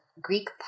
Greek